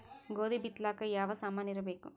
ಗೋಧಿ ಬಿತ್ತಲಾಕ ಯಾವ ಸಾಮಾನಿರಬೇಕು?